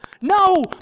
No